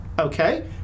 Okay